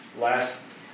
Last